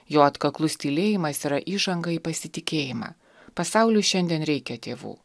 jo atkaklus tylėjimas yra įžanga į pasitikėjimą pasauliui šiandien reikia tėvų